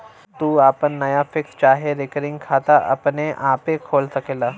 तू आपन नया फिक्स चाहे रिकरिंग खाता अपने आपे खोल सकला